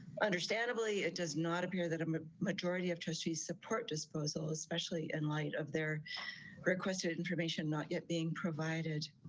understandably, it does not appear that um a majority of trustees support disposal, especially in light of their requested information not yet being provided.